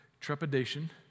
trepidation